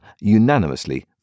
unanimously